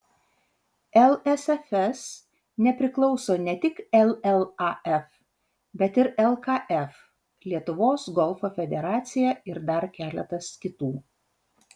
lsfs nepriklauso ne tik llaf bet ir lkf lietuvos golfo federacija ir dar keletas kitų